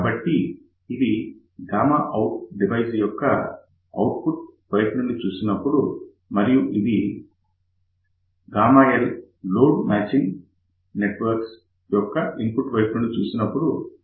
కాబట్టి ఇదిΓout డివైస్ యొక్క output వైపునుండి చూసినప్పుడు మరియు ఇది l లోడ్ మాచింగ్ నెట్వర్క్ యొక్క ఇన్పుట్ వైపు నుండి చూసినప్పుడు లభిస్తుంది